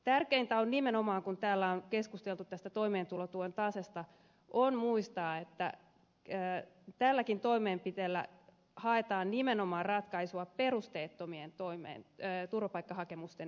tärkeintä nimenomaan kun täällä on keskusteltu tästä toimeentulotuen tasosta on muistaa että tälläkin toimenpiteellä haetaan ratkaisua nimenomaan perusteettomien turvapaikkahakemusten määrään